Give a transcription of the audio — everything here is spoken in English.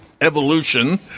evolution